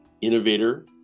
innovator